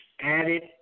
added